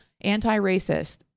anti-racist